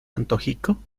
antojico